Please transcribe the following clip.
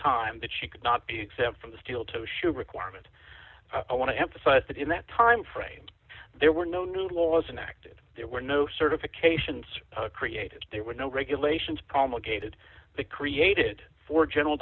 time that she could not be exempt from the steel toe shoes requirement i want to emphasize that in that time frame there were no new laws and active there were no certifications created there were no regulations promulgated the created for general